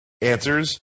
answers